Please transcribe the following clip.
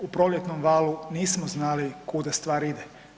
U proljetnom valu nismo znali kuda stvar ide.